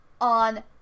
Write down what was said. on